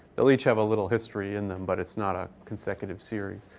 they'll each have a little history in them, but it's not a consecutive series.